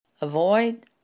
Avoid